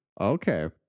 Okay